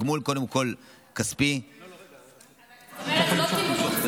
התגמול הוא קודם כול כספי.